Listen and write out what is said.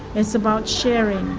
it's about sharing.